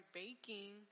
baking